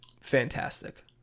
fantastic